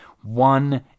one